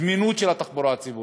זמינות של התחבורה הציבורית,